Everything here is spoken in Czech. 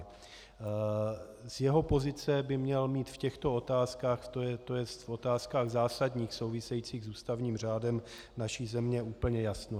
Ze své pozice by měl mít v těchto otázkách, tj. v otázkách zásadních, souvisejících s ústavním řádem naší země, úplně jasno.